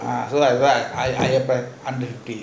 ah so I right higher price hundred and fifty